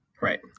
Right